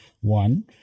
One